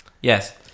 Yes